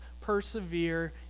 persevere